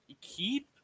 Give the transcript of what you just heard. keep